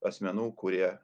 asmenų kurie